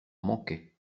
manquait